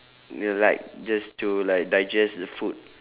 you will like just to like digest the food